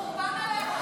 החורבן עליך.